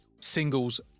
singles